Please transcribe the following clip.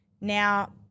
Now